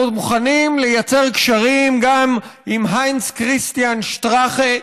והם מוכנים לייצר קשרים גם עם היינץ כריסטיאן שטראכה,